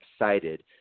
excited